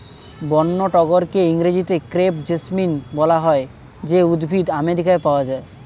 বন্য টগরকে ইংরেজিতে ক্রেপ জেসমিন বলা হয় যে উদ্ভিদ আমেরিকায় পাওয়া যায়